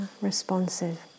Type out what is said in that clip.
Responsive